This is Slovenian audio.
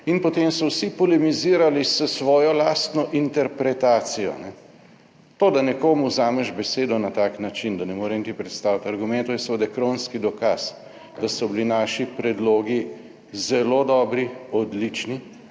in potem so vsi polemizirali s svojo lastno interpretacijo, kajne. To, da nekomu vzameš besedo na tak način, da ne more niti predstaviti argumentov, je seveda kronski dokaz, da so bili naši predlogi zelo dobri, odlični,